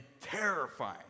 terrifying